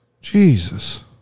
Jesus